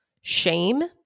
shame